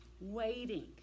waiting